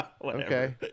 Okay